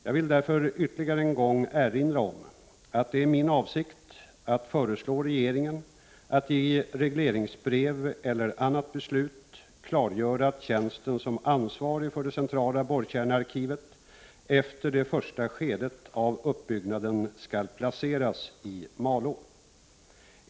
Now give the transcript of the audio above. Jag vill därför ytterligare en gång erinra om att det är min avsikt att föreslå regeringen att i regleringsbrev eller annat beslut klargöra att tjänsten som ansvarig för det centrala borrkärnearkivet efter det första skedet av uppbyggnaden skall placeras i Malå.